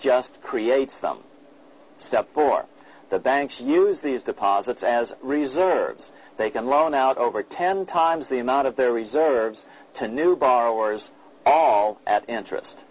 just create some stuff for the banks use these deposits as reserves they can loan out over ten times the amount of their reserves to new borrowers all at interest